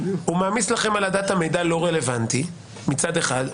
הוא מעמיס לכם על הדאטה מידע לא רלוונטי מצד אחד,